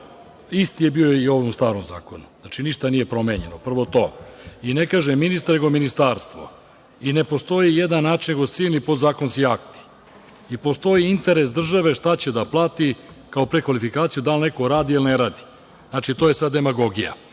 isti je bio i u ovom starom zakonu. Znači, ništa nije promenjeno. Prvo to. Ne kaže ministar nego ministarstvo. Ne postoji jedan način nego silni podzakonski akti. Postoji interes države šta će da plati kao prekvalifikaciju, da li neko radi ili ne radi. Znači, to je sada demagogija. Sa